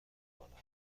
کنند